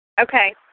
Okay